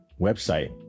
website